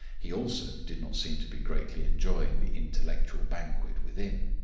he also did not seem to be greatly enjoying the intellectual banquet within.